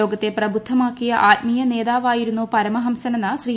ലോകത്തെ പ്രബുദ്ധമാക്കിയ ആത്മീയ നേതാവായിരുന്നു പരമഹംസനെന്ന് ശ്രീ